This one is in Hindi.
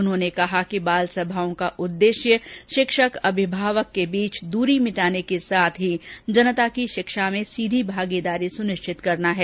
उन्होंने कहा कि बालसभाओं का उद्देश्य शिक्षक अभिभावक के मध्य दूरी मिटाने के साथ ही जनता की शिक्षा में सीधे भागीदारी सुनिश्चित करना है